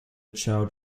child